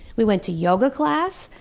we went to yoga class,